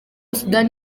sudani